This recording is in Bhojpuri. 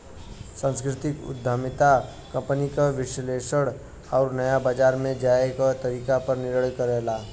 सांस्कृतिक उद्यमिता कंपनी के विश्लेषण आउर नया बाजार में जाये क तरीके पर निर्णय करला